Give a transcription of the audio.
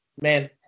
man